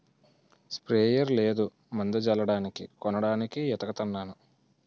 sprayer లేదు మందు జల్లడానికి కొనడానికి ఏతకతన్నాను